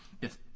yes